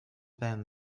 then